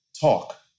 talk